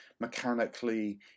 mechanically